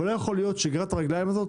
לא יכול להיות שתהיה גרירת הרגליים הזאת